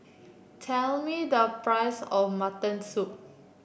tell me the price of Mutton Soup